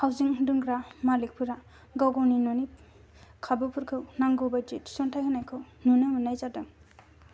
housing दोनग्रा मालिकफोरा गाव गावनि न'नि खाबुफोरखौ नांगौ बायदि थिसनथाय होनायखौ नुनो मोननाय जादों